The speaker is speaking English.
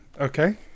Okay